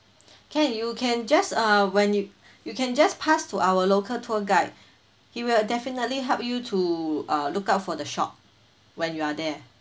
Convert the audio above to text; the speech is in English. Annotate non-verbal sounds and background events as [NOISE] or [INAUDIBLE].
can you can just uh when you you can just pass to our local tour guide [BREATH] he will definitely help you to look out uh for the shop when you are there